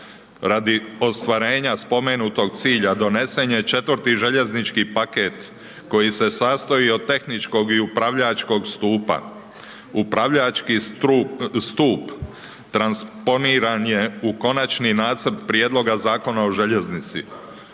Radi ostvarenja spomenutog cilja donesen je 4. željeznički paket koji se sastoji od tehničkog i upravljačkog stupa. Upravljački stup transponiran je u konačni nacrt prijedloga Zakona o željeznici.